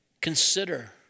consider